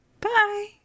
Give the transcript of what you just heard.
Bye